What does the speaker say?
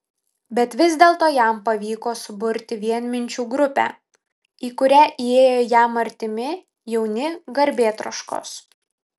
bet vis dėlto jam pavyko suburti vienminčių grupę į kurią įėjo jam artimi jauni garbėtroškos